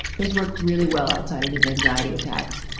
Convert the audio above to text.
those work really well outside of his anxiety attacks,